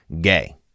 gay